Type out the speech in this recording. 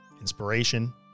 inspiration